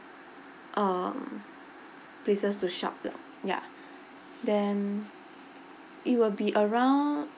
um places to shop lot ya then it will be around